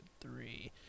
three